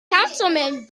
councilman